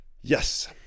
yes